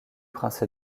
prince